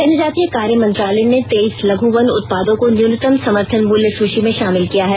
जनजातीय कार्य मंत्रालय ने तेइस लघ् वन उत्पादों को न्यूनतम समर्थन मूल्य सूची में शामिल किया है